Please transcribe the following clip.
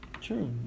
True